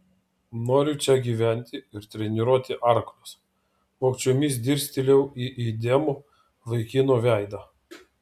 noriu čia gyventi ir treniruoti arklius vogčiomis dirstelėjau į įdėmų vaikino veidą